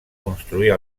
construir